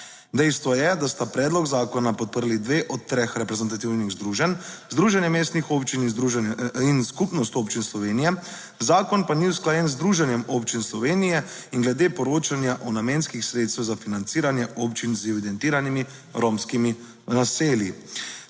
Dejstvo je, da sta predlog zakona podprli dve od treh reprezentativnih združenj - Združenje mestnih občin, Združenje in Skupnost občin Slovenije -, zakon pa ni usklajen z Združenjem občin Slovenije in glede poročanja o namenskih sredstev za financiranje občin z evidentiranimi romskimi naselji.